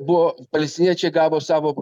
buvo palestiniečiai gavo savo